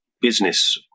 business